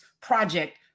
project